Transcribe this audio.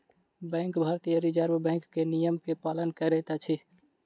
bank भारतीय reserve bank के नियम के पालन करैत अछि